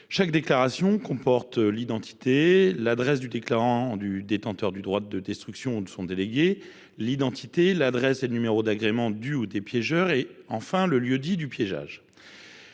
Chaque déclaration comporte l’identité et l’adresse du déclarant détenteur du droit de destruction ou de son délégué, l’identité, l’adresse et le numéro d’agrément du ou des piégeurs, ainsi que le lieu dit du piégeage.